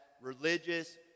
religious